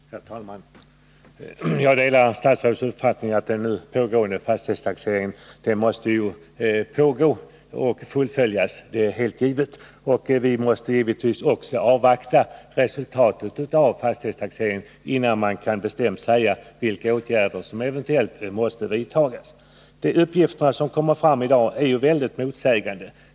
Herr talman! Jag delar statsrådets uppfattning att den nu pågående fastighetstaxeringen måste fullföljas — det är helt givet. Vi måste naturligtvis också avvakta resultatet av fastighetstaxeringen innan vi bestämt kan säga vilka åtgärder som eventuellt måste vidtas. De uppgifter som kommer fram i dag är mycket motsägande.